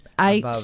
Eight